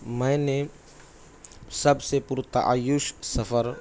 میں نے سب سے پر تعیش سفر